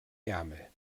ärmel